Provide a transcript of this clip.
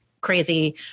crazy